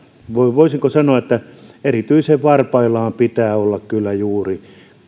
voisiko sanoa että erityisen varpaillaan pitää kyllä olla juuri